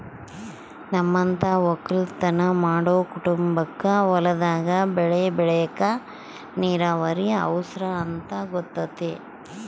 ನಮ್ಮಂತ ವಕ್ಕಲುತನ ಮಾಡೊ ಕುಟುಂಬಕ್ಕ ಹೊಲದಾಗ ಬೆಳೆ ಬೆಳೆಕ ನೀರಾವರಿ ಅವರ್ಸ ಅಂತ ಗೊತತೆ